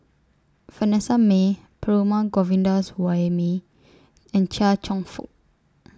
Vanessa Mae Perumal Govindaswamy and Chia Cheong Fook